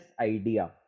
idea